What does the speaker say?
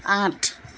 আঠ